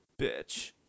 bitch